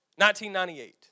1998